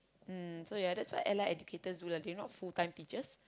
mm so ya that's what Allied-Educators do lah they not full-time teachers